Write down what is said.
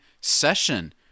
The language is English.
session